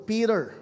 Peter